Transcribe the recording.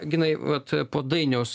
ginai vat po dainiaus